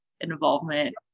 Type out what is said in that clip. involvement